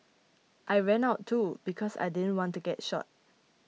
I ran out too because I didn't want to get shot